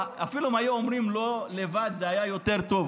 אפילו אם הם היו אומרים רק "לא", זה היה יותר טוב.